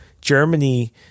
Germany